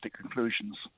conclusions